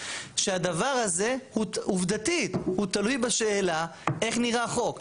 שהדבר הזה עובדתית הוא תלוי בשאלה איך נראה החוק?